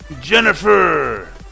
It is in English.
Jennifer